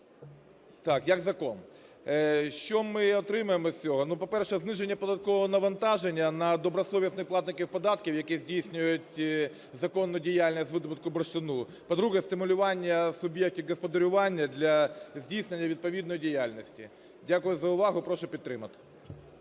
як закон. Що ми отримаємо з цього? По-перше, зниження податкового навантаження на добросовісних платників податків, які здійснюють законну діяльність видобутку бурштину. По-друге, стимулювання суб'єктів господарювання для здійснення відповідної діяльності. Дякую за увагу. Прошу підтримати.